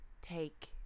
take